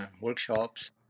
workshops